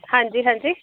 ਹਾਂਜੀ ਹਾਂਜੀ